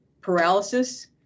paralysis